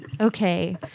Okay